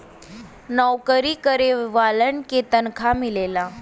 नऊकरी करे वालन के तनखा मिलला